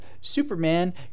Superman